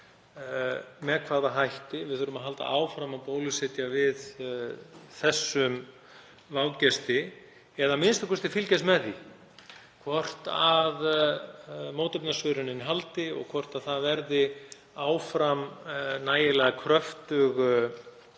með hvaða hætti við þurfum að halda áfram að bólusetja við þessum vágesti, eða a.m.k. fylgjast með því hvort að mótefnasvörunin haldi og hvort áfram verði nægilega kröftug